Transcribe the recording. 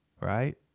right